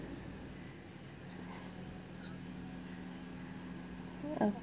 uh